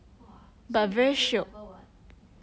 !wah! so you'll be same level what